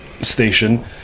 station